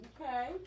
Okay